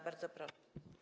Bardzo proszę.